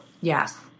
Yes